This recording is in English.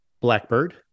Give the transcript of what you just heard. Blackbird